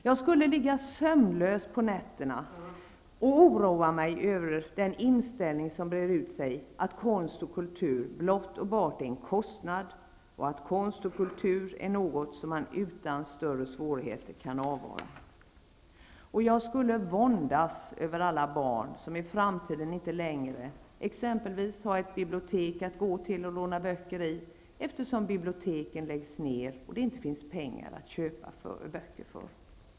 Jag skulle ligga sömnlös på nätterna och oroa mig över den inställning som breder ut sig, att konst och kultur blott och bart är en kostnad och att konst och kultur är något som man utan större svårigheter kan avvara. Jag skulle våndas över alla barn som i framtiden inte längre har exempelvis ett bibliotek att gå till för att låna böcker, eftersom biblioteken läggs ned och det inte finns pengar att köpa böcker för.